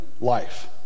life